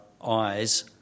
eyes